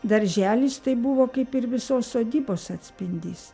darželis buvo kaip ir visos sodybos atspindys